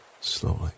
slowly